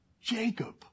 Jacob